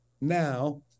Now